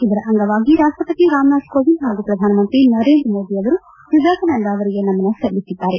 ಇದರ ಅಂಗವಾಗಿ ರಾಷ್ಲಪತಿ ರಾಮನಾಥ್ ಕೋವಿಂದ್ ಹಾಗೂ ಪ್ರಧಾನಮಂತ್ರಿ ನರೇಂದ್ರ ಮೋದಿ ಅವರು ವಿವೇಕಾನಂದ ಅವರಿಗೆ ನಮನ ಸಲ್ಲಿಸಿದ್ದಾರೆ